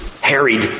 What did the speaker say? harried